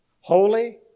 holy